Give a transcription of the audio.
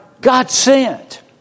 God-sent